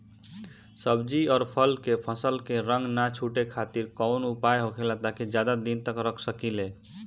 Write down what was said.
सब्जी और फल के फसल के रंग न छुटे खातिर काउन उपाय होखेला ताकि ज्यादा दिन तक रख सकिले?